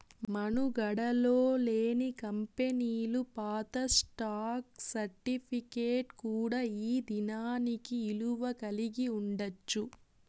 మనుగడలో లేని కంపెనీలు పాత స్టాక్ సర్టిఫికేట్ కూడా ఈ దినానికి ఇలువ కలిగి ఉండచ్చు